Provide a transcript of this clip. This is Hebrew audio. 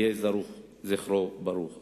יהי זכרו ברוך.